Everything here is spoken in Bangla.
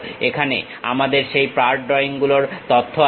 এখানে আমাদের সেই পার্ট ড্রইং গুলোর তথ্য আছে